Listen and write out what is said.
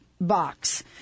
box